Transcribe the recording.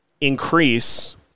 increase